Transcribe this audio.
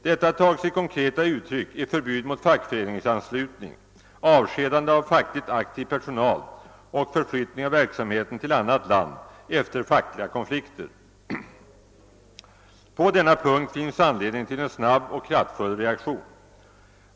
Detta har tagit sig konkreta uttryck i förbud mot fackföreningsanslutning, avskedande av fackligt aktiv personal och förflyttning av verksamheten till annat land efter fackliga konflikter. På denna punkt finns anledning till en snabb och kraftfull reaktion.